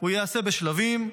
הוא ייעשה בשלבים,